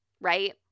right